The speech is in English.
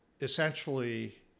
essentially